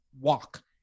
walk